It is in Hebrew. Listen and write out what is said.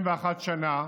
שנה,